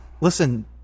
Listen